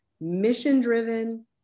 mission-driven